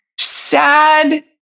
sad